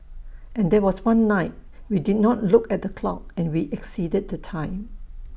and there was one night we did not look at the clock and we exceeded the time